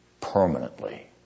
permanently